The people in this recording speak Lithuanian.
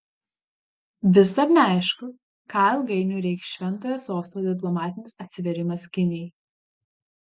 vis dar neaišku ką ilgainiui reikš šventojo sosto diplomatinis atsivėrimas kinijai